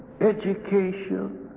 education